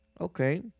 Okay